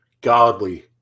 godly